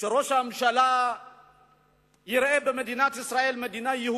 שראש הממשלה יראה במדינת ישראל מדינה יהודית-דמוקרטית,